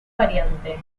variante